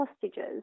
hostages